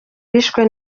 bishwe